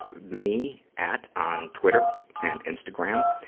me at on twitter and instagram.